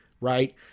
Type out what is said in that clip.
right